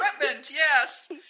Yes